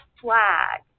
flag